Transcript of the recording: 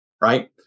right